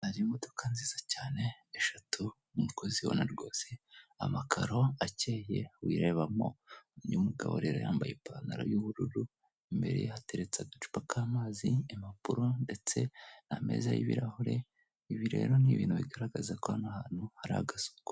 Hari imodoka nziza cyane eshatu nkuko uzibona rwose, amakaro akeye wirebamo. Uyu mugabo rero yambaye ipantaro y'ubururu, imbere hateretse agacupa k'amazi, impapuro ndetse n'ameza y'ibirahure. Ibi rero ni ibintu bigaragaza ko hano hantu hari agasuku.